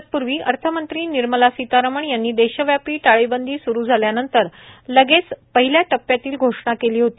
तत्पूर्वी अर्थ मंत्री निर्मला सीतरमण यांनी देशव्यापी टाळेबंदी स्रू झाल्यानंतर लगेच पहिल्या टप्प्यातील घोषणा केली होती